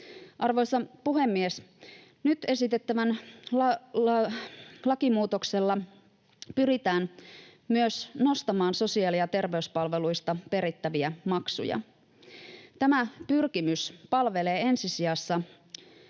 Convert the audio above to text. Arvoisa puhemies! Nyt esitettävällä lakimuutoksella pyritään myös nostamaan sosiaali- ja terveyspalveluista perittäviä maksuja. Tämä pyrkimys palvelee ensi sijassa